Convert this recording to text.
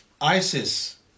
ISIS